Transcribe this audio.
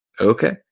Okay